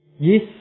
Yes